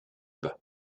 bas